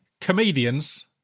Comedians